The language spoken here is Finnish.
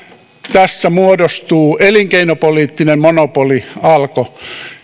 tässä muodostuu elinkeinopoliittinen monopoli alko